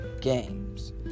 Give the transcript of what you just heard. games